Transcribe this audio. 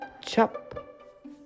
Chop